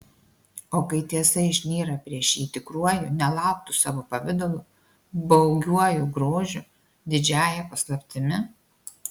o kai tiesa išnyra prieš jį tikruoju nelauktu savo pavidalu baugiuoju grožiu didžiąja paslaptimi